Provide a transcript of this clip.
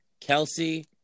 Kelsey